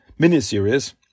miniseries